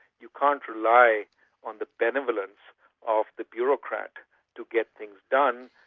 you can't rely on the benevolence of the bureaucrat to get things done.